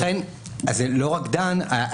לכן זה לא רק דן.